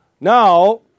Now